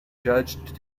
judged